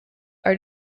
are